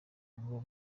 ngo